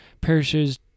parishes